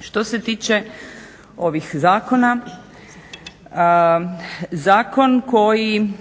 Što se tiče ovih zakona, zakon koji